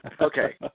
Okay